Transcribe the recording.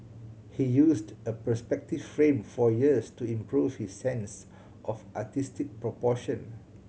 he used a perspective frame for years to improve his sense of artistic proportion